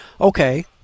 okay